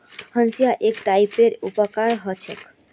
हंसिआ एक टाइपेर उपकरण ह छेक